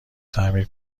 تعمیر